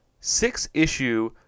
six-issue